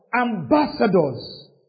Ambassadors